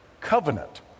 covenant